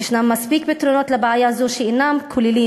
יש מספיק פתרונות לבעיה זו שאינם כוללים"